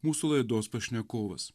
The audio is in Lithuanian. mūsų laidos pašnekovas